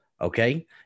Okay